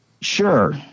Sure